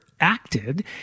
acted